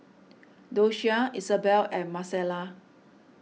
Doshia Isabell and Marcela